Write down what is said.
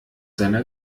seiner